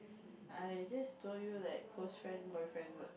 I just told you like close friend boyfriend what